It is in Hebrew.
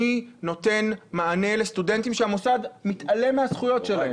מי נותן מענה לסטודנטים שהמוסד מתעלם מהזכויות שלהם?